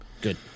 Good